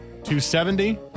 270